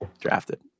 drafted